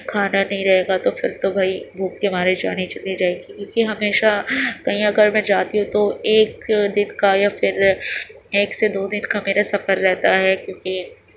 کھانا نہیں رہے گا تو پھر تو بھائی بھوک کے مارے جان ہی چلی جائے گی کیونکہ ہمیشہ کہیں اگر میں جاتی ہوں تو ایک دن کا یا پھر ایک سے دو دن کا میرا سفر رہتا ہے کیونکہ